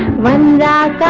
when that